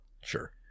Sure